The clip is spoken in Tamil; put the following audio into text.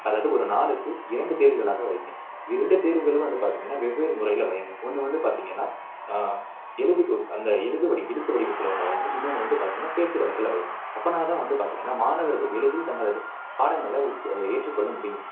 அதாவது ஒரு நாளுக்கு இரண்டு தேர்வுகளாக வைங்க இரண்டு தேர்வுகளும் வந்து பார்த்தீங்கன்னா வெவ்வேறு முறைகள்ல வைங்க ஒன்று வந்து பார்த்தீங்கன்னா எழுதுகோல் அந்த எழுது வடி எழுத்து வடிவத்தில் ஒன்று வைங்க இன்னொன்னு வந்து பார்த்தீங்கன்னா பேச்சி வழக்கில் வைங்க அப்படின்னா தான் வந்து பார்த்தீங்கன்னா மாணவர்கள் எளிதில் தங்களது பாடங்களை உட் ஏற்றுக்கொள்ள முடியும்